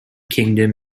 kingdom